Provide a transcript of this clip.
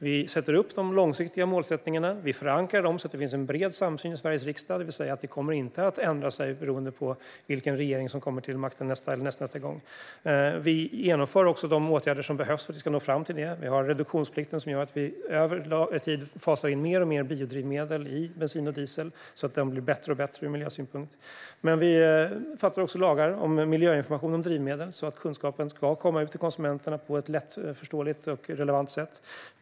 Vi fastställer långsiktiga mål och förankrar dem så att det finns en bred samsyn i Sveriges riksdag och målen inte ändras beroende på vilken regering som kommer till makten nästa eller nästnästa gång. Vi genomför också de åtgärder som behövs för att vi ska nå fram till detta. Vi har till exempel reduktionsplikten som gör att vi över tid fasar in mer och mer biodrivmedel i bensin och diesel, så att den blir allt bättre ur miljösynpunkt. Vi stiftar också lagar om miljöinformation om drivmedel så att kunskapen kommer ut till konsumenterna på ett lättförståeligt och relevant sätt.